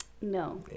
No